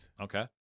Okay